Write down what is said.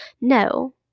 No